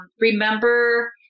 remember